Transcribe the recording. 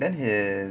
then his